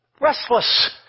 Restless